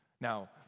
Now